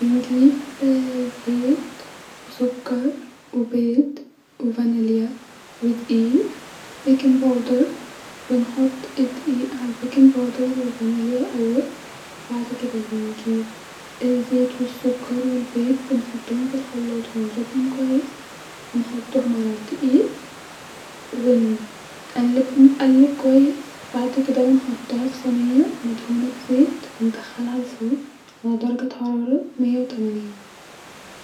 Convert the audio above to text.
بنجيب زيت-سكر-بيض-ڤانيليا-ودقيق- بيكنج بودر-بنحط الدقيق علي البيكنج باودر والڤانيليا الاول وبعد كده بنجيب الزيت والسكر والبيض ونحطهم في الخلاط ونضربهم كويس-نحطهم علي الدقيق-ونقلب كويس وبعد كده نحطها في صنيه مدهونه في زيت وندخلها الفرن علي درجه حراره ميه وتمانين